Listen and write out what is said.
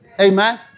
Amen